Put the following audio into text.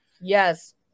Yes